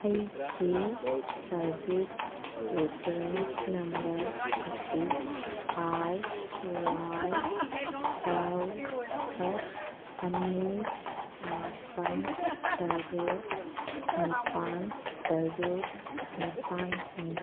ꯑꯩꯒꯤ service reference number ꯑꯁꯤ I Y L S ꯑꯅꯤ ꯃꯥꯄꯜ ꯇꯔꯦꯠ ꯅꯤꯄꯥꯜ ꯇꯔꯨꯛ ꯅꯤꯄꯥꯜꯅꯤ